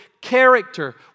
character